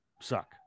suck